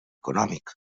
econòmic